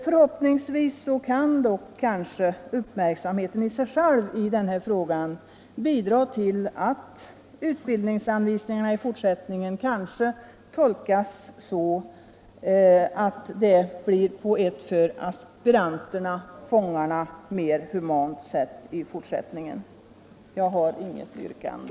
Förhoppningsvis kan det förhållandet att uppmärksamheten nu riktas på frågan bidra till att utbildningsanvisningarna i fortsättningen tolkas på ett för aspiranterna - ”fångarna” — mer humant sätt. Jag har inget yrkande.